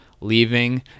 leaving